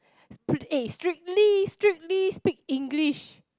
sp~ eh strictly strictly speak English